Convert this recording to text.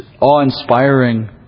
awe-inspiring